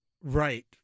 Right